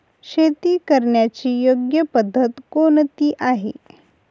शेती करण्याची योग्य पद्धत कोणती आहे?